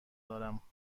دارم